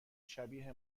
شبیه